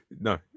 no